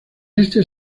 este